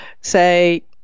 say